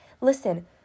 Listen